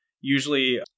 usually